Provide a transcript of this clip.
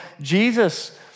Jesus